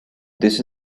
this